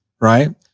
right